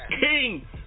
king